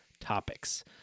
topics